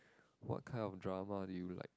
what kind of drama do you like